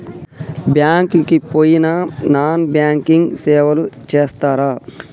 Bank కి పోయిన non banking సేవలు చేస్తరా?